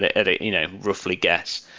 a you know roughly guess.